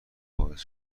باعث